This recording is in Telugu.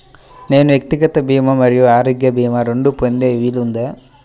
నేను వ్యక్తిగత భీమా మరియు ఆరోగ్య భీమా రెండు పొందే వీలుందా?